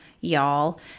y'all